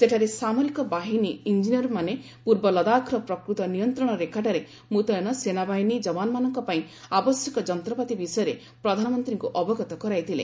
ସେଠାରେ ସାମରିକ ବାହିନୀ ଇଞ୍ଜିନିୟରମାନେ ପୂର୍ବ ଲଦାଖ୍ର ପ୍ରକୃତ ନିୟନ୍ତ୍ରଣ ରେଖାଠାରେ ମୁତୟନ ସେନାବାହିନୀ ଯବାନମାନଙ୍କ ପାଇଁ ଆବଶ୍ୟକ ଯନ୍ତପାତି ବିଷୟରେ ପ୍ରଧାନମନ୍ତ୍ରୀଙ୍କୁ ଅବଗତ କରାଇଥିଲେ